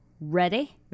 ready